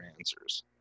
answers